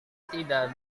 tidak